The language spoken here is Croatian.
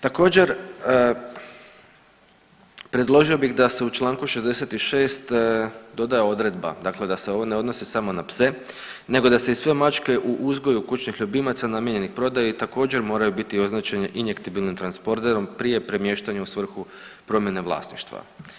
Također predložio bih da se u čl. 66. doda odredba, dakle da se ovo ne odnosi samo na pse nego da se i sve mačke u uzgoju kućnih ljubimaca namijenjenih prodaji također moraju biti označene injektibilnim transponderom prije premještanja u svrhu promjene vlasništva.